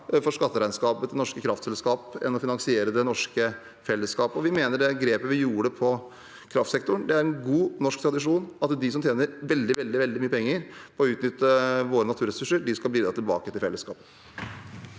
for skatteregnskapet til norske kraftselskaper enn finansieringen av det norske fellesskapet. Vi mener det grepet vi gjorde i kraftsektoren, er i god norsk tradisjon. De som tjener veldig, veldig mye penger og utnytter våre naturressurser, skal bidra tilbake til fellesskapet.